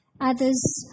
others